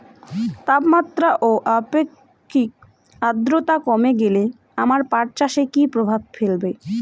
তাপমাত্রা ও আপেক্ষিক আদ্রর্তা কমে গেলে আমার পাট চাষে কী প্রভাব ফেলবে?